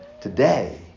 today